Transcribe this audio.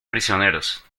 prisioneros